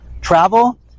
travel